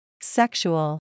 Sexual